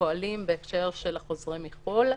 פועלים בהקשר של החוזרים מחו"ל.